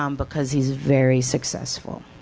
um because he's very successful.